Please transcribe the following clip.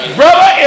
brother